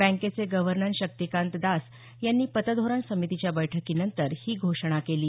बँकेचे गव्हर्नर शक्तिकांत दास यांनी पतधोरण समितीच्या बैठकीनंतर ही घोषणा केली